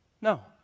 No